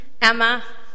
Emma